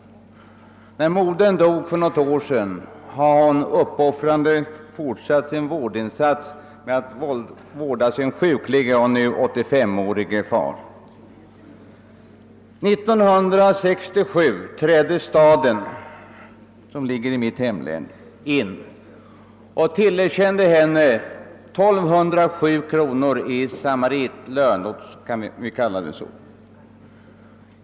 Sedan modern dog för något år sedan har hon uppoffrande fortsatt sin vårdinsats genom att vårda sin sjuklige och nu 85-årige far. 1967 trädde staden, som ligger i mitt hemlän, in och tillerkände henne 1207 kronor i »samaritlön».